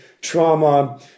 trauma